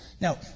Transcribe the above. Now